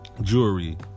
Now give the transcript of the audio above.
jewelry